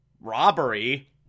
robbery